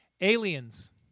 Aliens